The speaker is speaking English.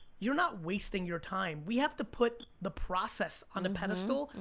you're not wasting your time. we have to put the process on a pedestal,